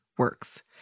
works